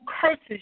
curses